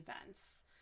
events